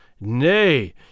Nay